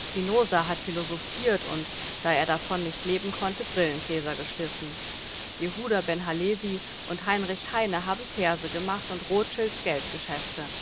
spinoza hat philosophiert und da er davon nicht leben konnte brillengläser geschliffen jehuda ben halevi und heinrich heine haben verse gemacht und rothschilds geldgeschäfte